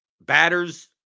batters